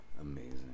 Amazing